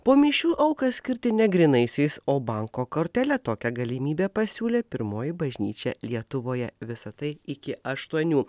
po mišių auką skirti ne grynaisiais o banko kortele tokią galimybę pasiūlė pirmoji bažnyčia lietuvoje visa tai iki aštuonių